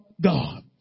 God